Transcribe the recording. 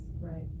Right